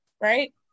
right